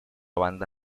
banda